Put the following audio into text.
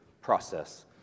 process